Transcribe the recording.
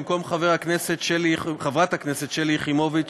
במקום חברת הכנסת שלי יחימוביץ